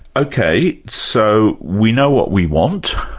ok. so we know what we want,